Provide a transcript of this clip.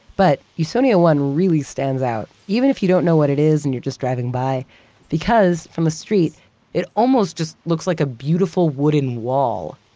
but usonia one really stands out. even if you don't know what it is and you're just driving by because from a street it almost just looks like a beautiful wooden wall.